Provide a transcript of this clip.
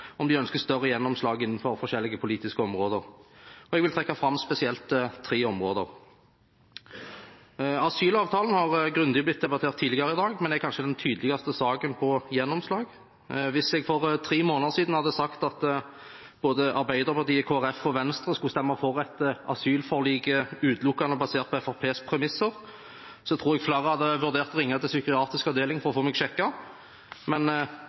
om de ønsker større gjennomslag innenfor forskjellige politiske områder. Jeg vil da trekke fram spesielt tre områder: Asylavtalen har blitt grundig debattert tidligere i dag, men er kanskje den tydeligste saken når det gjelder gjennomslag. Hvis jeg for tre måneder siden hadde sagt at både Arbeiderpartiet, Kristelig Folkeparti og Venstre skulle stemme for et asylforlik utelukkende basert på Fremskrittspartiets premisser, tror jeg flere hadde vurdert å ringe til psykiatrisk avdeling for å få meg sjekket. Men